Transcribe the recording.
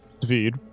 David